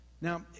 Now